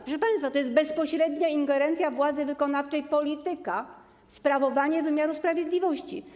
Proszę państwa, to jest bezpośrednia ingerencja władzy wykonawczej, polityka w funkcjonowanie wymiaru sprawiedliwości.